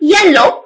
Yellow